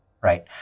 right